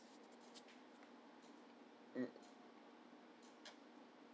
mm